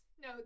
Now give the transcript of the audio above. no